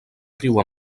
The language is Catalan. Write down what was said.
riu